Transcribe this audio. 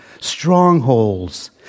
strongholds